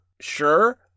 sure